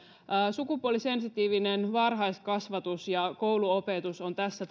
sukupuolisensitiivinen varhaiskasvatus ja kouluopetus ovat tässä